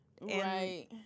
Right